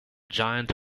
giant